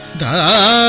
da